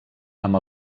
amb